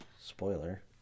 Spoiler